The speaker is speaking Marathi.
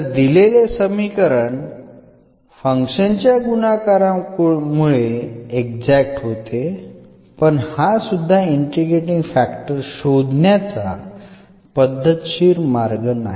तर दिलेले समीकरण फंक्शन च्या गुणाकारामुळे एक्झॅक्ट होते पण हा सुद्धा इंटिग्रेटींग फॅक्टर शोधण्याचा पद्धतशीर मार्ग नाही